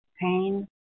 pain